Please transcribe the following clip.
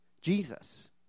Jesus